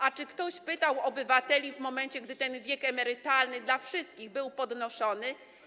A czy ktoś pytał obywateli, w momencie gdy ten wiek emerytalny dla wszystkich był podnoszony?